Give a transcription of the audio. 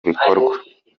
bikorwa